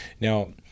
Now